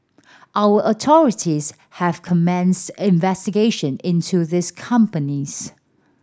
our authorities have commenced investigation into these companies